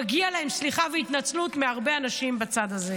מגיעות להם סליחה והתנצלות מהרבה אנשים בצד הזה.